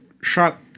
shot